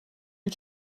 you